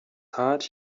heart